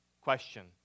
question